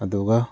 ꯑꯗꯨꯒ